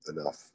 enough